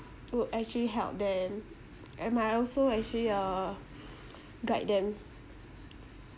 would actually help them and might also actually uh guide them